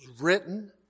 written